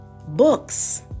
Books